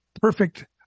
perfect